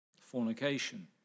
Fornication